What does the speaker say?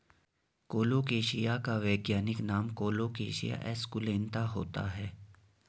colocasia का वैज्ञानिक नाम कोलोकेशिया एस्कुलेंता होता है